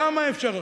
כמה אפשר,